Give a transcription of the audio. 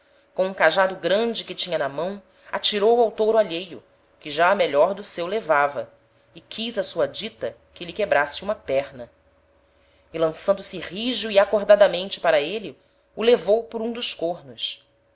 com um cajado grande que tinha na mão atirou ao touro alheio que já a melhor do seu levava e quis a sua dita que lhe quebrasse uma perna e lançando-se rijo e acordadamente para ele o levou por um dos cornos